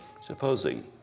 Supposing